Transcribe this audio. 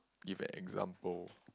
give an example